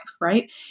right